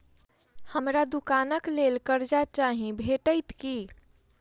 हमरा दुकानक लेल कर्जा चाहि भेटइत की?